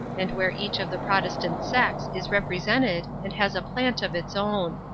and where each of the protestant sects is represented and has a plant of its own.